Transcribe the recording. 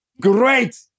Great